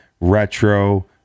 retro